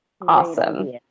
Awesome